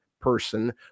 person